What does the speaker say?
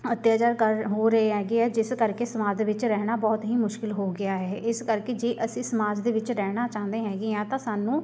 ਅੱਤਿਆਚਾਰ ਕਰ ਹੋ ਰਹੇ ਹੈਗੇ ਆ ਜਿਸ ਕਰਕੇ ਸਮਾਜ ਦੇ ਵਿੱਚ ਰਹਿਣਾ ਬਹੁਤ ਹੀ ਮੁਸ਼ਕਿਲ ਹੋ ਗਿਆ ਹੈ ਇਸ ਕਰਕੇ ਜੇ ਅਸੀਂ ਸਮਾਜ ਦੇ ਵਿੱਚ ਰਹਿਣਾ ਚਾਹੁੰਦੇ ਹੈਗੇ ਹਾਂ ਤਾਂ ਸਾਨੂੰ